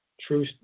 true